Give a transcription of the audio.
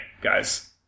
guys